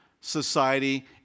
society